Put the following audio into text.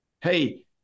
Hey